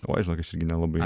oj žinok aš irgi nelabai